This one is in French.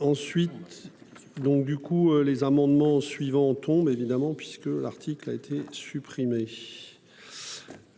Ensuite. Donc du coup les amendements suivants tombe évidemment puisque l'article a été supprimé.